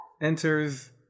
enters